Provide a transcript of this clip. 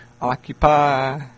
Occupy